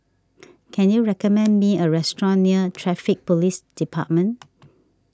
can you recommend me a restaurant near Traffic Police Department